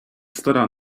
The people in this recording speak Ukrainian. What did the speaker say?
стара